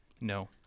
No